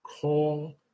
call